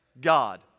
God